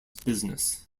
business